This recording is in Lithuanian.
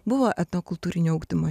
buvo etnokultūrinio ugdymo